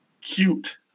cute